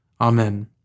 Amen